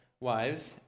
wives